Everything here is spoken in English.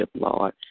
Lord